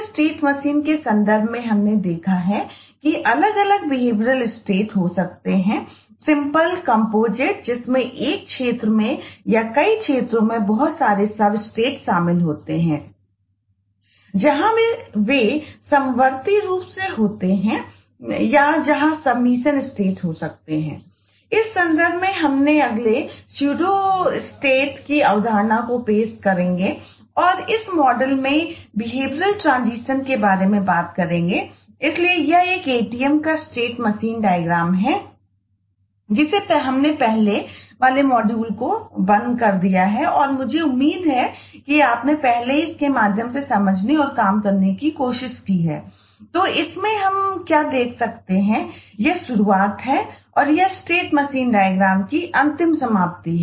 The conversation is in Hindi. इस संदर्भ में हम अगले स्यूडोस्टेट्स की अंतिम समाप्ति है